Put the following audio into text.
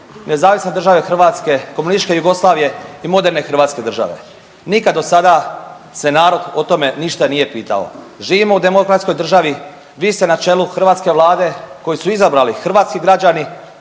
Jugoslavije, NDH, komunističke Jugoslavije i moderne Hrvatske države, nikad do sada se narod o tome ništa nije pitao. Živimo u demokratskoj državi, vi ste na čelu hrvatske Vlade koju su izabrali hrvatski građani,